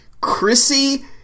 Chrissy